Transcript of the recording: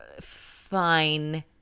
Fine